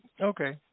okay